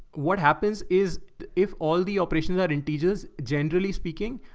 what happens is if all the operations are in teachers, generally speaking,